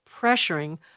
pressuring